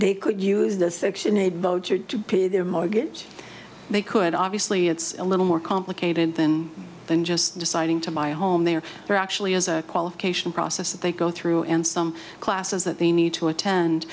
they could use the section eight voucher to pay their mortgage they could obviously it's a little more complicated than just deciding to buy a home there there actually is a qualification process that they go through and some classes that they need to attend